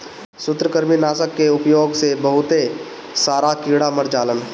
सूत्रकृमि नाशक कअ उपयोग से बहुत सारा कीड़ा मर जालन